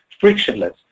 frictionless